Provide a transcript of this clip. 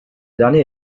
dernier